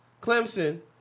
Clemson